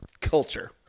culture